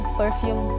perfume